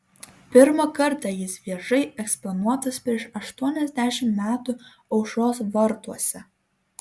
pirmą kartą jis viešai eksponuotas prieš aštuoniasdešimt metų aušros vartuose